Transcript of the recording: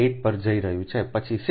8 પર જઈ રહ્યું છે પછી 6am માટે 0